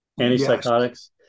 antipsychotics